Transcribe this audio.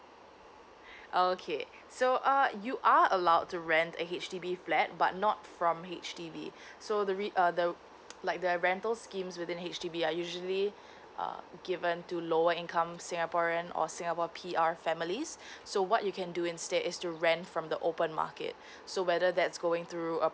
okay so uh you are allowed to rent a H_D_B flat but not from H_D_B so re~ uh the like the rental schemes within H_D_B are usually uh given to lower income singaporean or singapore P_R families so what you can do instead is to rent from the open market so whether that's going through a